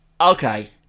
Okay